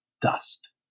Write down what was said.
dust